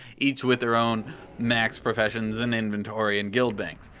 each with their own max professions and inventory and guild banks.